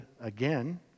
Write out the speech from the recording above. again